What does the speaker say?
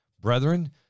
Brethren